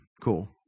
Cool